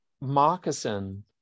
moccasin